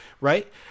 right